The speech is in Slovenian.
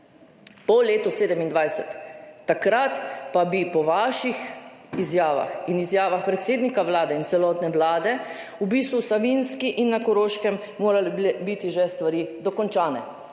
po letu 2027, takrat pa bi po vaših izjavah in izjavah predsednika Vlade in celotne vlade v bistvu v Savinjski in na Koroškem morale biti že stvari dokončane.